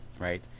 right